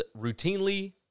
routinely